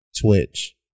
Twitch